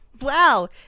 wow